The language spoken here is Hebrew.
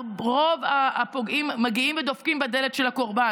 רוב הפוגעים מגיעים ודופקים בדלת של הקורבן.